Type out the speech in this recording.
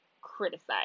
criticize